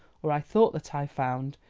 or i thought that i found,